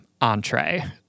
entree